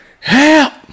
help